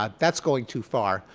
ah that's going too far.